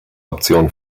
option